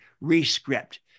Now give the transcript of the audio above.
re-script